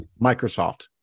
Microsoft